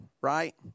right